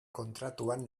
kontratuan